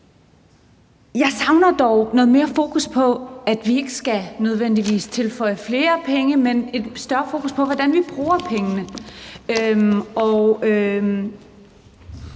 Jeg savner dog noget mere fokus på, at vi ikke nødvendigvis skal tilføje flere penge, og et større fokus på, hvordan vi bruger pengene.